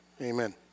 Amen